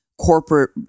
corporate